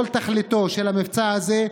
כל תכליתו של המבצע הזה,